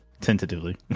tentatively